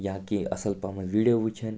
یا کیٚنٛہہ اَصٕل پَہمَتھ ویٖڈیو وُچھِن